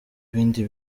ibindi